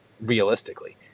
realistically